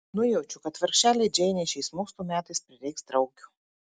nujaučiu kad vargšelei džeinei šiais mokslo metais prireiks draugių